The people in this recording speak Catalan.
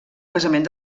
casament